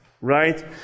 right